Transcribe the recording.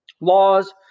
Laws